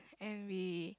and we